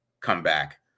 comeback